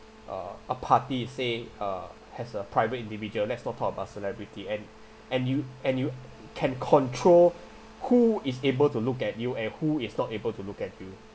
uh a party say uh as a private individual let's not talk about celebrity and and you and you can control who is able to look at you and who is not able to look at you